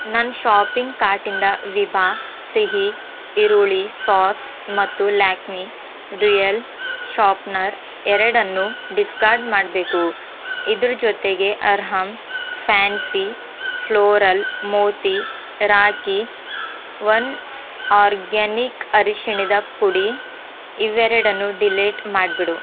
ನನ್ನ ಶಾಪಿಂಗ್ ಕಾರ್ಟಿಂದ ವಿಭಾ ಸಿಹಿ ಈರುಳ್ಳಿ ಸಾಸ್ ಮತ್ತು ಲ್ಯಾಕ್ಮಿ ಡುಯಲ್ ಶಾಪ್ನರ್ ಎರಡನ್ನೂ ಡಿಸ್ಕಾರ್ಡ್ ಮಾಡಬೇಕು ಇದ್ರ ಜೊತೆಗೆ Arham fancy floral Moti rakhi one organic ಅರಿಶಿಣದ ಪುಡಿ ಇವೆರಡನ್ನೂ ಡಿಲೀಟ್ ಮಾಡಿಬಿಡು